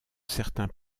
certains